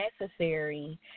necessary